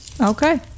Okay